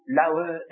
lower